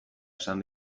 esan